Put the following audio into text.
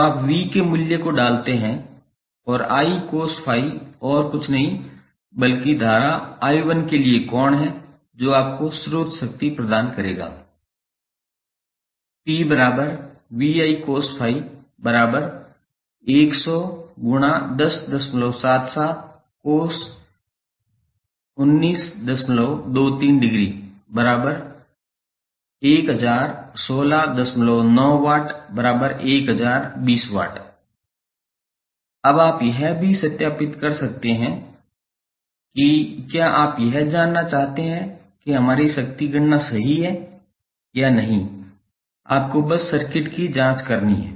तो आप V के मूल्य को डालते हैं और I cos φ और कुछ नहीं बल्कि धारा I1 के लिए कोण है जो आपको स्रोत शक्ति प्रदान करेगा P VI cos φ 1077 cos 1923◦ 10169W 1020W अब आप यह सत्यापित भी कर सकते हैं कि क्या आप यह जानना चाहते हैं कि हमारी शक्ति गणना सही है या नहीं आपको बस सर्किट की जांच करनी है